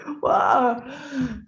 wow